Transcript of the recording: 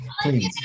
Please